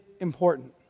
important